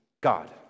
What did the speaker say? God